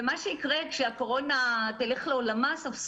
מה שיקרה כשהקורונה תלך לעולמה סוף סוף,